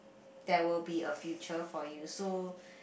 there will be a future for you so